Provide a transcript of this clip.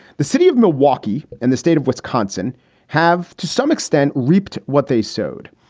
the city of milwaukee and the state of wisconsin have to some extent reaped what they sowed.